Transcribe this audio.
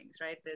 right